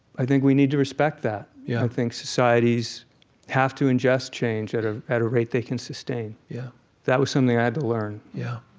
i think we need to respect that. i think societies have to ingest change at ah at a rate they can sustain. yeah that was something i had to learn yeah.